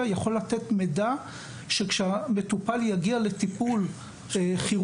יכולה לתת את המידע כשהמטופל מגיע לטיפול כירורגי-אונקולוגי.